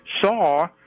saw